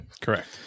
Correct